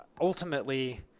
ultimately